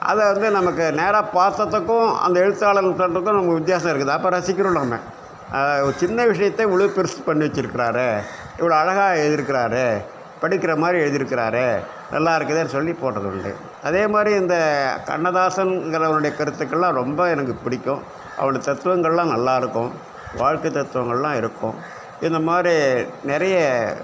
அதை வந்து நமக்கு நேராக பார்த்ததுக்கும் அந்த எழுத்தாளர் நமக்கு வித்தியாசம் இருக்குது அப்போ ரசிக்கிறோம் நம்ம ஒரு சின்ன விஷயத்தை இவ்ளோ பெருசு பண்ணி வச்சுருக்குறாரே இவ்ளோ அழகாக எழுதிருக்குறாரே படிக்கிற மாதிரி எழுதியிருக்குறாரே நல்லாருக்குதேன்னு சொல்லி போட்டது உண்டு அதே மாதிரி இந்த கண்ணதாசன்ங்கிறவருனுடைய கருத்துக்கள்லாம் ரொம்ப எனக்கு பிடிக்கும் அவரோட தத்துவங்கள்லாம் நல்லாருக்கும் வாழ்க்கை தத்துவங்களெல்லாம் இருக்கும் இந்த மாதிரி நிறைய